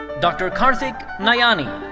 dr. karthik nayani.